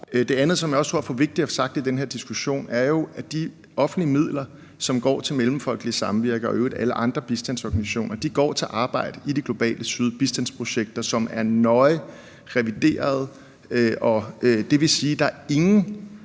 Det andet, som jeg også tror det er vigtigt at få sagt i den her diskussion, er jo, at de offentlige midler, som går til Mellemfolkeligt Samvirke og i øvrigt alle andre bistandsorganisationer, går til arbejde i det globale syd – bistandsprojekter, som er nøje reviderede. Det vil sige, at der er ingen